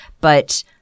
But-